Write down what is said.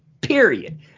period